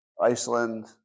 Iceland